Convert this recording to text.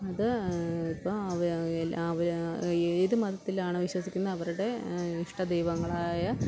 അത് ഇപ്പോൾ ആ അവർ ഏതു മതത്തിലാണ് വിശ്വസിക്കുന്നത് അവരുടെ ഇഷ്ട ദൈവങ്ങളായ